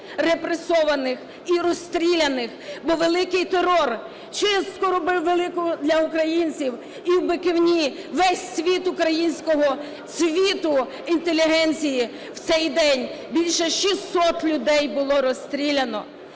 репресованих і розстріляних. Бо Великий терор чистку робив велику для українців. І в Биківні весь світ українського цвіту, інтелігенції, у цей день більше шестисот людей було розстріляно.